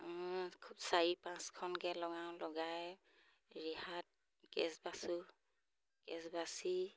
খুব চাৰি পাঁচখনকৈ লগাওঁ লগাই ৰিহাত কেচ বাচোঁ কেচ বাচি